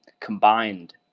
combined